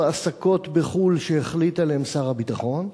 עסקות בחוץ-לארץ שהחליט עליהן שר הביטחון,